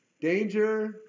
Danger